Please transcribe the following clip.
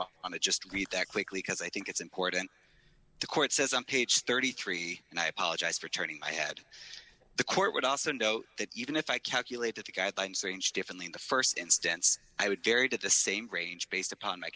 well on it just read that quickly because i think it's important the court says on page thirty three and i apologize for turning my head the court would also know that even if i calculate that the guidelines three inch differently in the st instance i would carry did the same range based upon